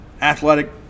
athletic